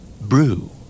Brew